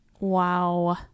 Wow